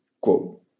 quote